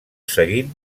seguint